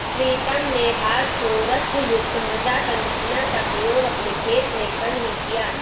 प्रीतम ने फास्फोरस युक्त मृदा कंडीशनर का प्रयोग अपने खेत में कल ही किया